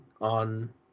on